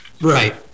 Right